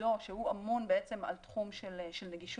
אמון בעצם על תחום של נגישות.